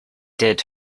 did